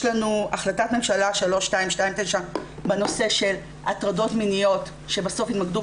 יש לנו החלטת ממשלה 3229 בנושא של הטרדות מיניות שבסוף התמקדו